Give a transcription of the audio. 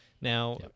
Now